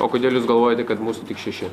o kodėl jūs galvojate kad mūsų tik šeši